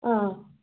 ꯑꯪ